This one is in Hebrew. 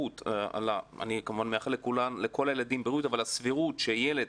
אני כמובן מאחל לכל הילדים בריאות אבל הסבירות שילד